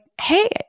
hey